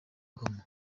ngoma